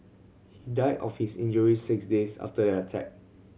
he died of his injuries six days after the attack